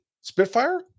Spitfire